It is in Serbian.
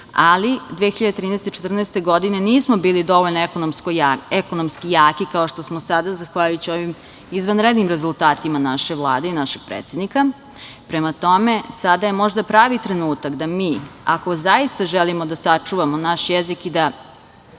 ali 2013. i 2014. godine nismo bili dovoljno ekonomski jaki kao što smo sada, zahvaljujući ovim izvanrednim rezultatima naše Vlade i našeg predsednika. Prema tome, sada je možda pravi trenutak da mi, ako zaista želimo da sačuvamo naš jezik i da